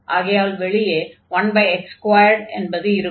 ஆகையால் 1x2 என்பது வெளியே இருக்கும்